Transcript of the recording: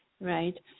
right